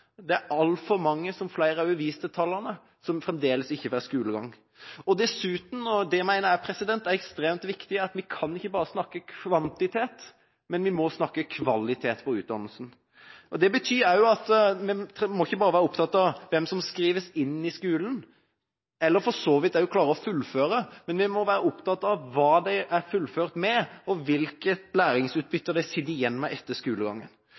jeg er ekstremt viktig, kan vi ikke bare snakke om kvantitet, men vi må snakke om kvalitet på utdannelsen. Det betyr også at en må ikke bare være opptatt av hvem som skrives inn i skolen, eller for så vidt hvem som klarer å fullføre, men vi må være opptatt av hva det er fullført med og hvilket læringsutbytte de sitter igjen med etter skolegangen.